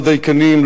לא דיקנים,